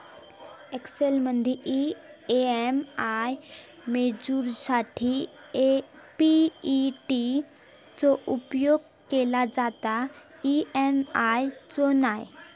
एक्सेलमदी ई.एम.आय मोजूच्यासाठी पी.ए.टी चो उपेग केलो जाता, ई.एम.आय चो नाय